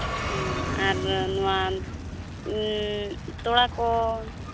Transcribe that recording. ᱦᱮᱸ ᱟᱨ ᱱᱚᱣᱟ ᱛᱚᱲᱟ ᱠᱚ